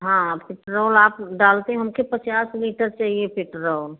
हाँ पेट्रोल आप डालते हमें पचास लीटर चाहिए पेट्रोल